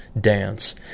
dance